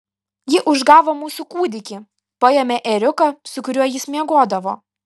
ji užgavo mūsų kūdikį paėmė ėriuką su kuriuo jis miegodavo